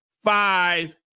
Five